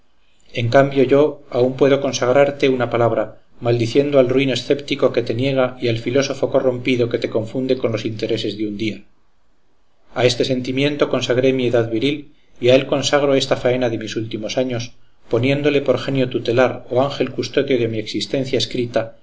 en cambio yo aún puedo consagrarte una palabra maldiciendo al ruin escéptico que te niega y al filósofo corrompido que te confunde con los intereses de un día a este sentimiento consagré mi edad viril y a él consagro esta faena de mis últimos años poniéndole por genio tutelar o ángel custodio de mi existencia escrita